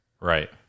Right